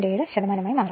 7 ശതമാനമായി മാറും